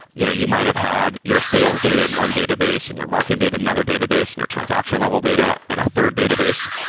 you know you might have had your sales data in one database and your marketing data in another database and your transactional level data in a third database.